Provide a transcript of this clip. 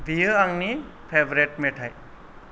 बेयो आंनि फेभरेट मेथाइ